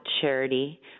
charity